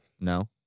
no